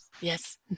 Yes